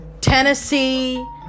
Tennessee